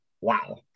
wow